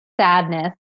sadness